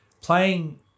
playing